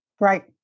right